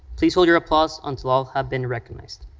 please hold your applause until all have been recognized.